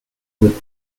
would